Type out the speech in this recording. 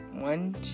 One